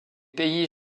pays